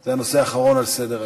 זה הנושא האחרון על סדר-היום.